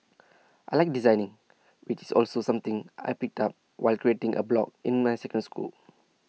I Like designing which is also something I picked up while creating A blog in my second school